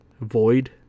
Void